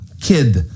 kid